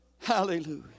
hallelujah